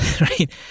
right